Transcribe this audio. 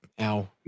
ow